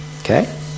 Okay